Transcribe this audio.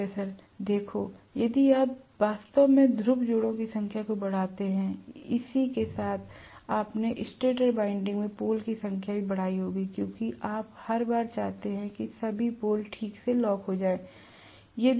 professor देखो यदि आप वास्तव में ध्रुव जोड़े की संख्या को बढ़ाते हैं इसी के साथ आपने स्टेटर वाइंडिंग में पोल की संख्या भी बढ़ाई होगी क्योंकि आप हर बार चाहते हैं कि सभी पोल ठीक से लॉक हो जाएं